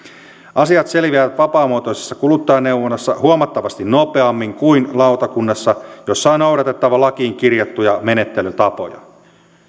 asiat selviävät vapaamuotoisessa kuluttajaneuvonnassa huomattavasti nopeammin kuin lautakunnassa jossa on noudatettava lakiin kirjattuja menettelytapoja